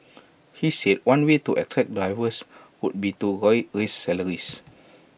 he said one way to attract drivers would be to raise salaries